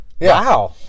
Wow